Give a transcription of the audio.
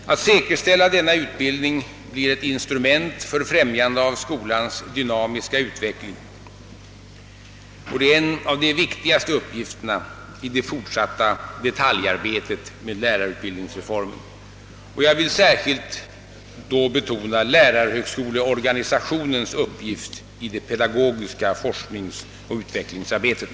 Att säkerställa denna utbildning blir ett instrument för främjande av skolans dynamiska utveckling, och det är en av de viktigaste uppgifterna i det fortsatta detaljarbetet med lärarutbildningsreformen. Jag vill då särskilt betona lärarhögskoleorganisationens uppgift i det pedagogiska forskningsoch utvecklingsarbetet.